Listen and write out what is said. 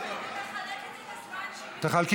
היא עולה,